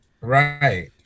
Right